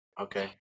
Okay